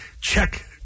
check